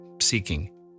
seeking